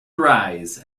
rise